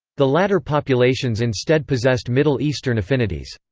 the latter populations instead possessed middle eastern affinities.